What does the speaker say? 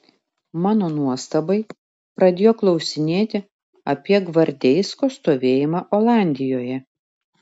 mano nuostabai pradėjo klausinėti apie gvardeisko stovėjimą olandijoje